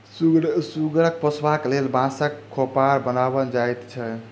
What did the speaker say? सुगर पोसबाक लेल बाँसक खोभार बनाओल जाइत छै